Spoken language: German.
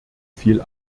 viel